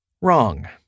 Wrong